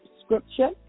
scripture